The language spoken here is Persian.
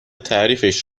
تعریفش